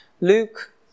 Luke